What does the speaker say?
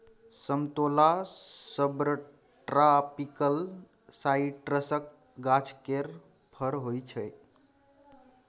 समतोला सबट्रापिकल साइट्रसक गाछ केर फर होइ छै